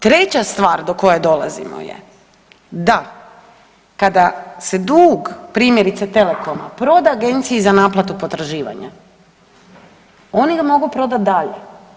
Treća stvar do koje dolazimo je da kada se dug primjerice Telekoma proda Agenciji za naplatu potraživanja, oni ga mogu prodati dalje.